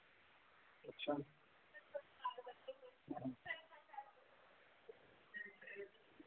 अच्छा